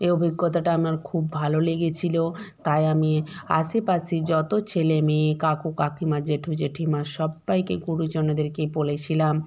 এ অভিজ্ঞতাটা আমার খুব ভালো লেগেছিল তাই আমি আশেপাশে যত ছেলে মেয়ে কাকু কাকিমা জেঠু জেঠিমা সব্বাইকে গুরুজনেদেরকে বলেছিলাম